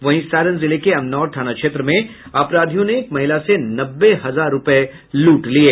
वहीं सारण जिले के अमनौर थाना क्षेत्र में अपराधियों ने एक महिला से नब्बे हजार रुपये लूट लिये